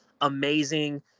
amazing